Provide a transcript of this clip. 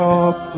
up